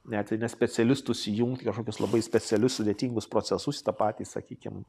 net ir ne specialistus įjungt į kažkokius labai specialius sudėtingus procesus į tą patį sakykim